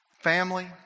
Family